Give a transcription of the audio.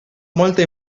molta